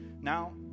Now